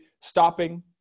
stopping